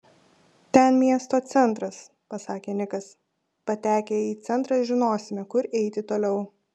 ten miesto centras pasakė nikas patekę į centrą žinosime kur eiti toliau